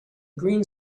green